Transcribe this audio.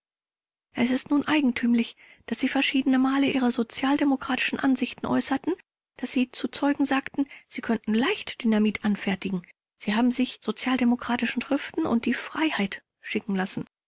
es ist nun eigentümlich daß sie verschiedene male ihre sozialdemokratischen ansichten äußerten daß sie zu zeugen sagten sie könnten leicht dynamit anfertigen sie haben sich sozialdemokratische schriften und die freiheit schicken lassen